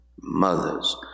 mothers